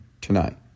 tonight